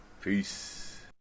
peace